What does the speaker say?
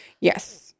Yes